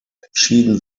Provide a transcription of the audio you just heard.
entschieden